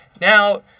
Now